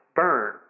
burn